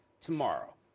tomorrow